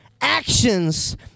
actions